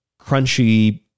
crunchy